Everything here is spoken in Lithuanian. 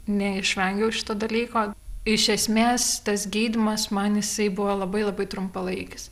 neišvengiau šito dalyko iš esmės tas gydymas man jisai buvo labai labai trumpalaikis